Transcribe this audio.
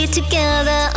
together